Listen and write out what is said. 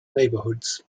neighbourhoods